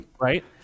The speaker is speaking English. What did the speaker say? right